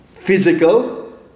Physical